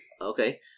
Okay